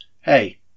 Hey